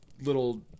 little